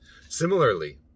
Similarly